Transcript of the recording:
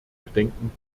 bedenken